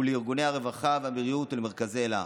לארגוני הרווחה והבריאות ולמרכז אלה.